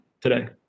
today